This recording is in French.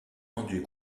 rendus